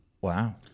Wow